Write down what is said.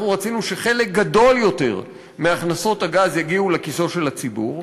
אנחנו רצינו שחלק גדול יותר מהכנסות הגז יגיעו לכיסו של הציבור,